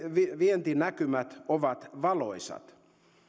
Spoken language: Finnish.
vientinäkymät ovat valoisat